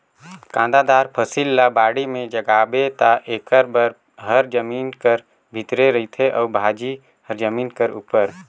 कांदादार फसिल ल बाड़ी में जगाबे ता एकर फर हर जमीन कर भीतरे रहथे अउ भाजी हर जमीन कर उपर